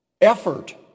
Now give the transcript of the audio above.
Effort